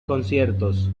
conciertos